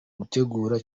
gutegura